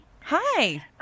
Hi